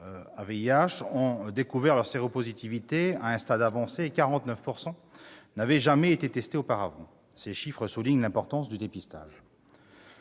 ont découvert leur séropositivité à un stade avancé et 49 % n'avaient jamais été testées auparavant. Ces chiffres soulignent l'importance du dépistage.